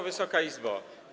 Wysoka Izbo!